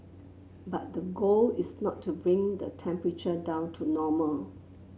but the goal is not to bring the temperature down to normal